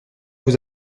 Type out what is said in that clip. vous